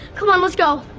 come on. let's go.